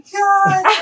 god